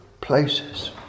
places